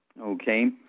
Okay